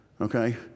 Okay